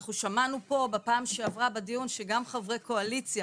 אנחנו שמענו פה בפעם שעברה בדיון שגם חברי קואליציה